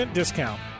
discount